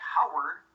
Howard